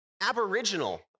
aboriginal